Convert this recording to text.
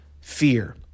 fear